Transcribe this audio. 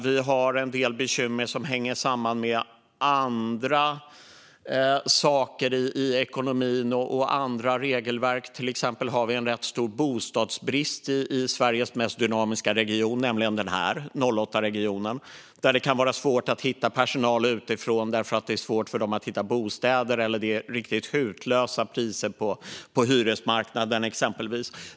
Vi har en del bekymmer som hänger samman med andra saker i ekonomin och andra regelverk. Vi har till exempel en rätt stor bostadsbrist i Sveriges mest dynamiska region, nämligen 08-regionen, där det kan vara svårt att hitta personal utifrån därför att det är svårt för dem att hitta bostäder eller för att det är riktigt hutlösa priser på hyresmarknaden.